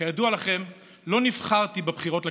כידוע לכם לא נבחרתי בבחירות לכנסת.